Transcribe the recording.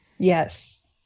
Yes